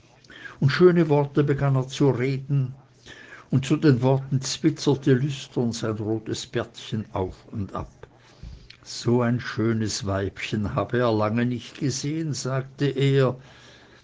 und schöne worte begann er zu reden und zu den worten zwinkerte lüstern sein rot bärtchen auf und ab so ein schön weibchen habe er lange nicht gesehen sagte er